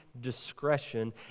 discretion